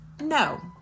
No